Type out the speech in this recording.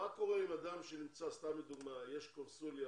מה קורה עם אדם שנמצא, סתם לדוגמה, יש קונסוליה